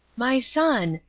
my son,